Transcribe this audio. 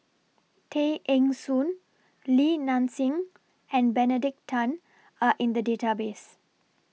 Tay Eng Soon Li Nanxing and Benedict Tan Are in The Database